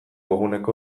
eguneko